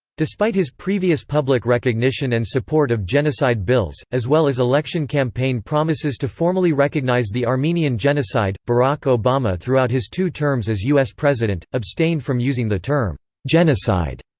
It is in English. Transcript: despite his previous public recognition and support of genocide bills, as well as election campaign promises to formally recognize the armenian genocide, barack obama throughout his two terms as u s. president, abstained from using the term genocide.